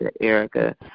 Erica